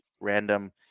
random